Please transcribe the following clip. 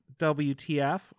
WTF